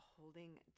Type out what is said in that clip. holding